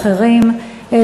ואחרים,